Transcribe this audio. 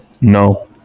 No